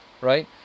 right